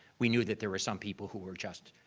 we knew that there were some people who were just,